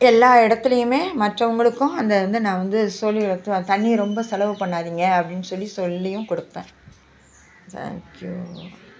எல்லா இடத்துலையுமே மற்றவங்களுக்கும் அந்த வந்து நான் வந்து சொல்லிருக்கேன் தண்ணிய ரொம்ப செலவு பண்ணாதிங்க அப்படின்னு சொல்லி சொல்லியும் கொடுப்பேன் தேங்க் யூ